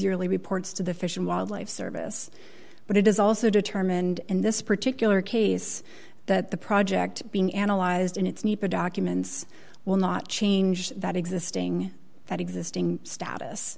lead reports to the fish and wildlife service but it is also determined in this particular case that the project being analyzed in its need for documents will not change that existing that existing status